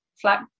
flat